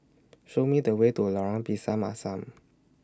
Show Me The Way to Lorong Pisang Asam